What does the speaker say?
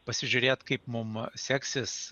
pasižiūrėt kaip mum seksis